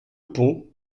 pont